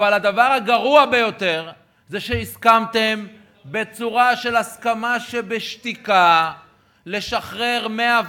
אבל הדבר הגרוע ביותר זה שהסכמתם בהסכמה שבשתיקה לשחרר 104